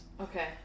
okay